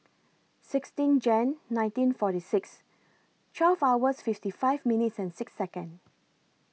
sixteen Jan nineteen forty six twelve hours fifty five minutes and six Second